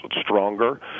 stronger